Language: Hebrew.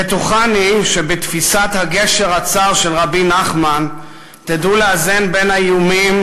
בטוחני שבתפיסת הגשר הצר של רבי נחמן תדעו לאזן בין האיומים,